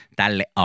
tälle